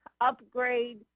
upgrade